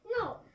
No